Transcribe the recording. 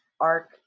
arc